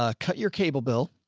ah cut your cable bill.